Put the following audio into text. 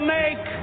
make